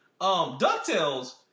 DuckTales